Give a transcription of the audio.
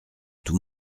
tout